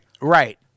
Right